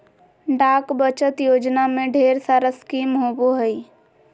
डाक बचत योजना में ढेर सारा स्कीम होबो हइ